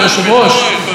היושב-ראש,